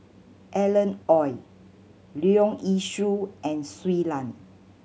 Alan Oei Leong Yee Soo and Shui Lan